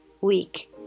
week